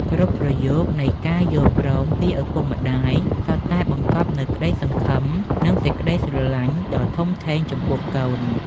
គ្រប់ប្រយោគនៃការយល់ព្រមពីឪពុកម្ដាយ សុទ្ធតែបង្កប់នូវក្ដីសង្ឃឹម និងសេចក្ដីស្រឡាញ់ដ៏ធំធេងចំពោះកូន។